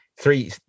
three